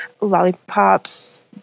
Lollipops